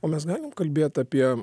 o mes galim kalbėt apie